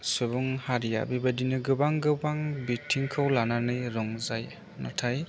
सुबुं हारिया बेबायदिनो गोबां गोबां बिथिंखौ लानानानै रंजायो नाथाय